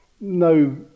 No